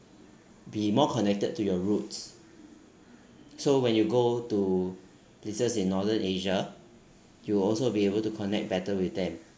be more connected to your roots so when you go to places in northern asia you will also be able to connect better with them